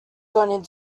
going